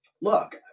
look